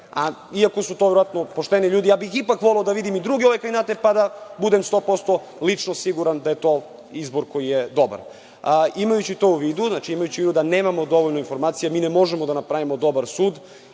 Iako su to verovatno pošteni ljudi, ja bih ipak voleo da vidim i druge kandidate pa da budem sto posto lično siguran da je to izbor koji je dobar. Imajući to u vidu, znači, imajući u vidu da nemamo dovoljno informacija, mi ne možemo da napravimo dobar sud